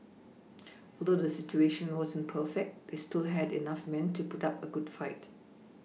although the situation wasn't perfect they still had enough men to put up a good fight